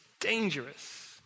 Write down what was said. dangerous